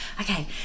Okay